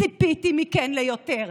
ציפיתי מכן ליותר.